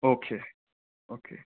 okay okay